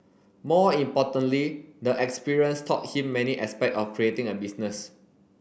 more importantly the experience taught him many aspect of creating a business